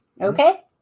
Okay